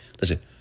Listen